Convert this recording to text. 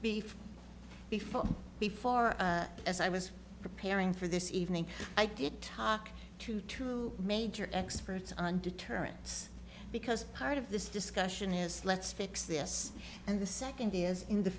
before before before as i was preparing for this evening i did talk to two major experts on deterrence because part of this discussion is let's fix this and the second is in the